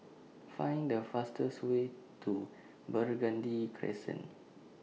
Find The fastest Way to Burgundy Crescent